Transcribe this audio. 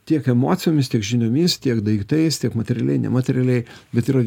tiek emocijomis tiek žiniomis tiek daiktais tiek materialiai nematerialiai bet yra